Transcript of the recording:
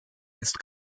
ist